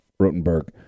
Rotenberg